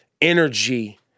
energy